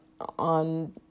On